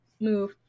move